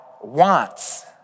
wants